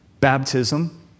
Baptism